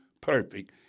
perfect